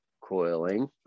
coiling